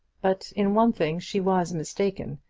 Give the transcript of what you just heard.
but in one thing she was mistaken.